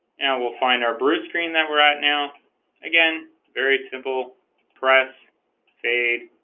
we'll find our brew screen that we're right now again very simple press fade